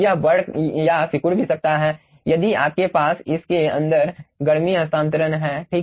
यह बढ़ या सिकुड़ भी कर सकता है यदि आपके पास इस के अंदर गर्मी हस्तांतरण है ठीक